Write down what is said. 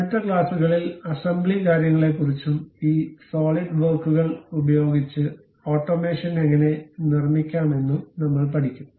അടുത്ത ക്ലാസുകളിൽ അസംബ്ലി കാര്യങ്ങളെക്കുറിച്ചും ഈ സോളിഡ് വർക്കുകൾ ഉപയോഗിച്ച് ഓട്ടോമേഷൻ എങ്ങനെ നിർമ്മിക്കാമെന്നും നമ്മൾ പഠിക്കും